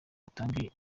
utange